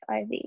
IV